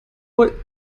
wohl